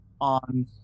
on